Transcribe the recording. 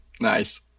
Nice